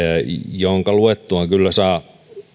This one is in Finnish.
jonka luettuaan kyllä saa